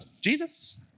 Jesus